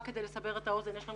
רק כדי לסבר את האוזן, יש לנו